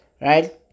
right